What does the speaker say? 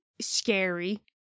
scary